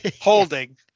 holding